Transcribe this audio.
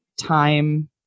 time